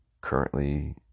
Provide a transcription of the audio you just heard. currently